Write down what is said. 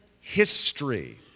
history